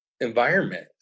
environment